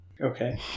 Okay